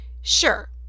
Sure